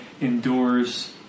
endures